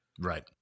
Right